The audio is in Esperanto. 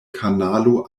kanalo